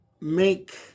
make